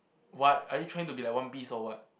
what are you trying to be like One Piece or what